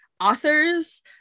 authors